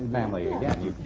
family again.